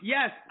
Yes